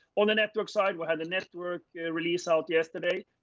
on the network side, we had a network release out yesterday.